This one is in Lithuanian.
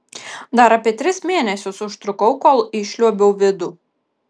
dar apie tris mėnesius užtrukau kol išliuobiau vidų